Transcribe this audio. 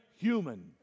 human